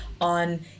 on